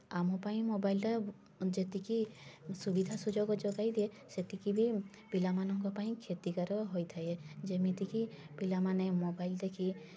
ଆମ ପାଇଁ ମୋବାଇଲଟା ଯେତିକି ସୁବିଧା ସୁଯୋଗ ଯୋଗାଇ ଦିଏ ସେତିକି ବି ପିଲାମାନଙ୍କ ପାଇଁ କ୍ଷତିକାର ହୋଇଥାଏ ଯେମିତିକି ପିଲାମାନେ ମୋବାଇଲ ଦେଖି